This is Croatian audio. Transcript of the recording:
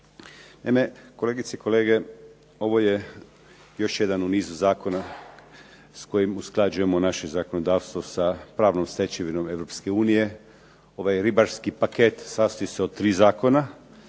Naime, kolegice i kolege, ovo je još jedan u nizu zakona s kojim usklađujemo naše zakonodavstvo sa pravnom stečevinom Europske unije. Ovaj ribarski paket sastoji se od tri zakona,